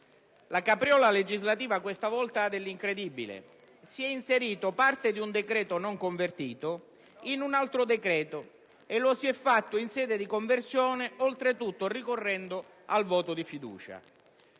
La capriola legislativa questa volta ha dell'incredibile: si è inserito parte di un decreto-legge non convertito in un altro decreto‑legge, e lo si è fatto in sede di conversione, oltretutto ricorrendo al voto di fiducia.